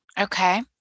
Okay